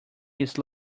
his